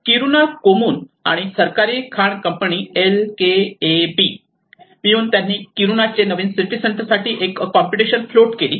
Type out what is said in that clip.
Kiruna कोमुन आणि सरकारी खाण कंपनी एलकेएबी मिळून त्यांनी किरुनाचे नवीन सिटी सेंटर साठी एक कॉम्पिटिशन फ्लोट केली